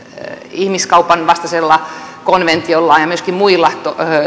ihmiskaupan vastaisella konventiollaan ja myöskin muilla